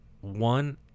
one